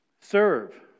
Serve